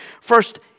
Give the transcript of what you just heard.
First